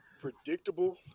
predictable